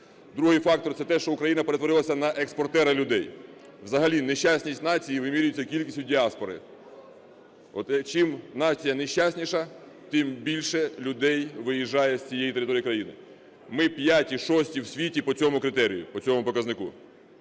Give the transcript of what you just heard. Другий фактор – це те, що Україна перетворилася на експортера людей. Взагалі нещасність нації вимірюється кількістю діаспори. От чим нація нещасніша, тим більше людей виїжджає з цієї території країни. Ми п'яті-шості в світі по цьому критерію,